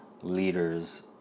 leaders